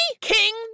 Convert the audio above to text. king